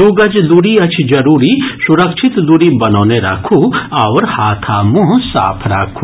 दू गज दूरी अछि जरूरी सुरक्षित दूरी बनौने राखू आओर हाथ आ मुंह साफ राखू